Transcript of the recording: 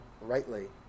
rightly